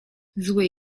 zły